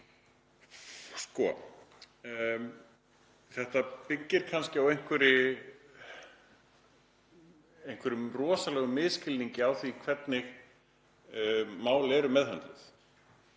Þetta byggir kannski á einhverjum rosalegum misskilningi á því hvernig mál eru meðhöndluð.